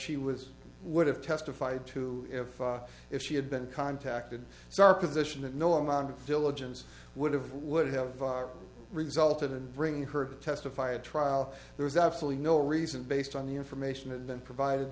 she was would have testified to if she had been contacted starr position that no amount of philippians would have would have resulted in bringing her to testify at trial there is absolutely no reason based on the information and then provided